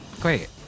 Great